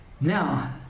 now